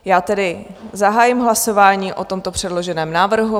Já tedy zahájím hlasování o tomto předloženém návrhu.